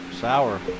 Sour